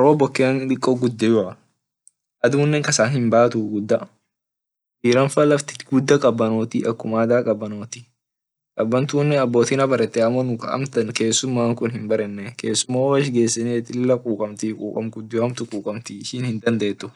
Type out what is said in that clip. rob bekeanne diko gudio adune kasa hinbaatuu diram faa lafti guda kabanotii akum ada kabanotii kaban tunne aboti habaratee amo kasuma hinbarenee kesuma mal ach gesen lila kukamtii kukam gudio ishin hinbarenee.